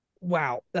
Wow